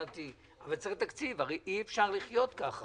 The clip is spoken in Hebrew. אנחנו צריכים כבר להתחייב עליו עכשיו.